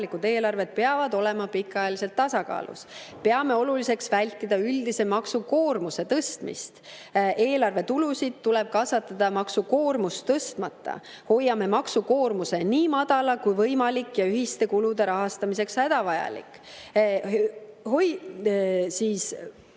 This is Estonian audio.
eelarved peavad olema pikaajaliselt tasakaalus. Peame oluliseks vältida üldise maksukoormuse tõstmist. Eelarve tulusid tuleb kasvatada maksukoormust tõstmata. Hoiame maksukoormuse nii madala kui võimalik ja ühiste kulude rahastamiseks hädavajalik.